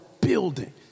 building